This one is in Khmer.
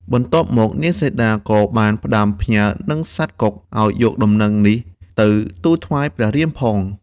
បន្ទាប់មកនាងសីតាក៏បានផ្តាំផ្ញើនឹងសត្វកុកឱ្យយកដំណឹងនេះទៅទូលថ្វាយព្រះរាមផង។